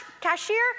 cashier